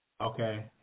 Okay